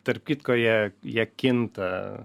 tarp kitko jie jie kinta